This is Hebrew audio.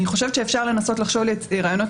אני חושבת שאפשר לנסות לחשוב על רעיונות